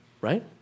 right